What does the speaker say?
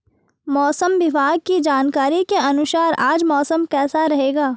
मौसम विभाग की जानकारी के अनुसार आज मौसम कैसा रहेगा?